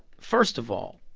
first of all,